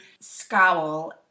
scowl